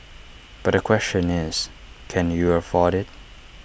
but the question is can you afford IT